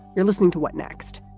you're listening to what next?